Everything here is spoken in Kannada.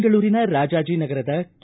ಬೆಂಗಲೂರಿನ ರಾಜಾಜಿನಗರದ ಕೆ